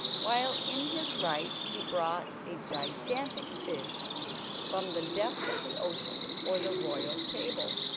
while in his right he brought a gigantic fish from the depth of the ocean for the royal table.